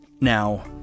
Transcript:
Now